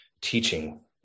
teaching